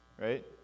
right